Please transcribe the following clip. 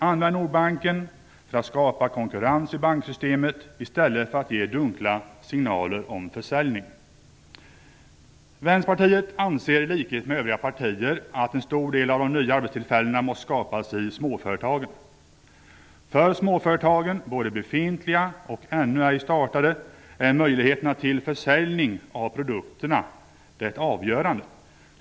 Använd Nordbanken för att skapa konkurrens i banksystemet i stället för att ge dunkla signaler om försäljning! Vänsterpartiet anser i likhet med övriga partier att en stor del av de nya arbetstillfällena måste skapas i småföretagen. För såväl befintliga som ännu inte startade småföretag är möjligheterna till försäljning av produkterna det avgörande.